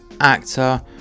actor